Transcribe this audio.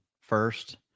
first